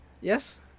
Yes